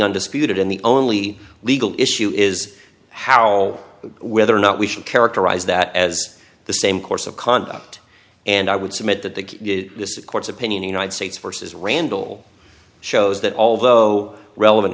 undisputed in the only legal issue is how whether or not we should characterize that as the same course of conduct and i would submit that the court's opinion united states forces randall shows that although relevant